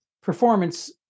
performance